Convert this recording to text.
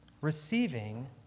receiving